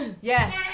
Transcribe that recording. Yes